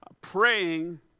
praying